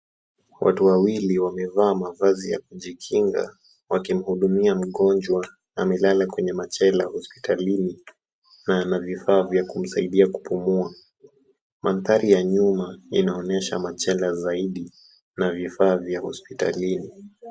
Watu wawili wamevaa mavazi ya kujikinga wakimhudumia mgonjwa amelala kwenye machela hospitalini na ana vifaa vya kumsaidia kupumua. Mandhari ya nyuma yanaonyesha machlela zaidi na vifaa vya hospitalini.